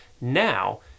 Now